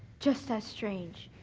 just as strange,